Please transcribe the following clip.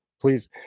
please